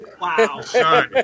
Wow